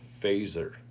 Phaser